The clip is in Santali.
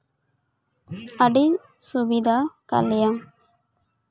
ᱟᱹᱰᱤ ᱥᱩᱵᱤᱫᱟ ᱠᱟᱜ ᱞᱮᱭᱟ